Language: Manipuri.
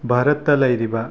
ꯚꯥꯔꯠꯇ ꯂꯩꯔꯤꯕ